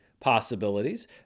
possibilities